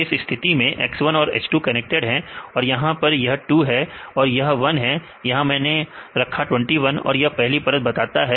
तो इसी तरीके से x1 और h2 कनेक्टेड है यहां पर यह 2 है और यह 1 यहां मैंने रखा 21 और यह पहली परत बनाता है